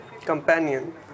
companion